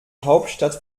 hauptstadt